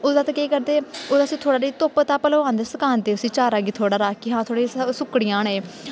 उ'दे पर केह् करदे उ'नें गी थोह्ड़ी धुप्प धप्प लोआंदे सकांदे उस्सी चारा गी थोह्ड़ा हारा हां कि सुकड़ी जाह्न ऐ